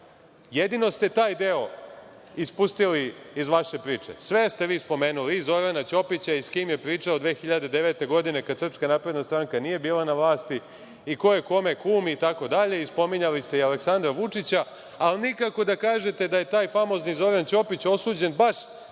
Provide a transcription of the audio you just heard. Jedino ste taj deo ispustili iz vaše priče. Sve ste vi spomenuli, i Zorana Ćopića, i sa kim je pričao 2009. godine kada SNS nije bila na vlasti, i ko je kome kum itd, spominjali ste i Aleksandra Vučića, ali nikako da kažete da je taj famozni Zoran Ćopić osuđen baš